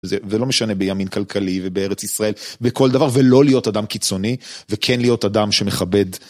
זה לא משנה בימין כלכלי ובארץ ישראל בכל דבר ולא להיות אדם קיצוני וכן להיות אדם שמכבד.